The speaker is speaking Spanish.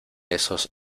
estos